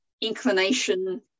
inclination